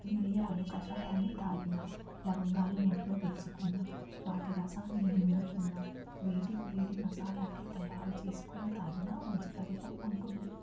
మిరియాలు కషాయాన్ని తాగిన లవంగాలు నోటలో వేసుకున్నా వాటి రసాన్ని మింగుతున్న వేడి వేడి మసాలా టీ తయారు చేసుకుని తాగిన మంచి ఫలితం ఉంటుంది